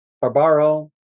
Barbaro